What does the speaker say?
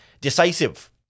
decisive